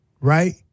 Right